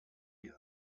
you